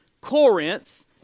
Corinth